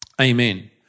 amen